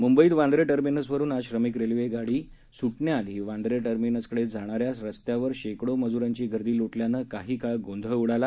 मुंबईत बांद्रा टर्मिनसवरुन आज श्रमिक विशेष रेल्वेगाडी सुटण्याआधी बांद्रा टर्मिनसकडे जाणाऱ्या रस्त्यावर शेकडो मजुरांची गर्दी लोटल्यामुळे काही काळ गोंधळ उडाला